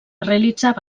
realitzava